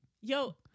Yo